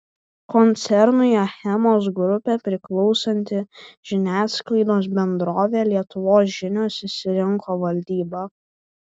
koncernui achemos grupė priklausanti žiniasklaidos bendrovė lietuvos žinios išsirinko valdybą